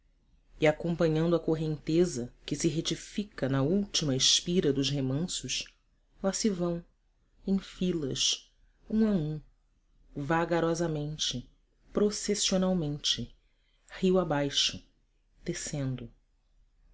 e acompanhando a correnteza que se retifica na última espira dos remansos lá se vão em filas um a um vagarosamente processionalmente rio abaixo descendo